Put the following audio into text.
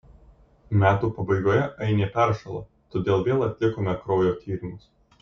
metų pabaigoje ainė peršalo todėl vėl atlikome kraujo tyrimus